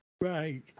Right